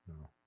no